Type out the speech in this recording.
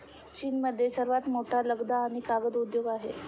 चीनमध्ये सर्वात मोठा लगदा आणि कागद उद्योग आहे